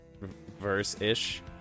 verse-ish